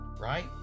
right